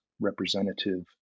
representative